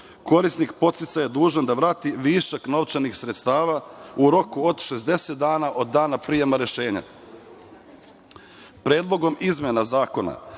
korisnik podsticaja je dužan da vrati višak novčanih sredstava u roku od 60 dana od dana prijema